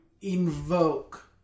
invoke